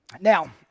Now